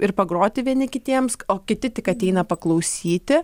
ir pagroti vieni kitiems o kiti tik ateina paklausyti